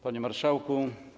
Panie Marszałku!